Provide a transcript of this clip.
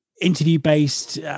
interview-based